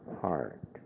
heart